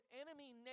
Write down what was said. enemy